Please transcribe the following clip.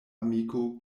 amiko